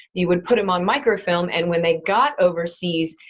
you would put them on microfilm and when they got overseas,